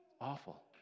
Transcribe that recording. Awful